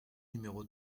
numéro